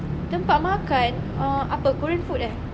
tempat makan apa korean food eh